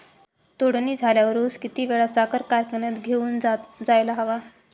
तोडणी झाल्यावर ऊस किती वेळात साखर कारखान्यात घेऊन जायला हवा?